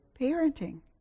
parenting